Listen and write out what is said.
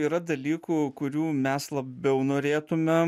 yra dalykų kurių mes labiau norėtume